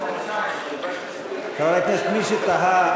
מי שתהה,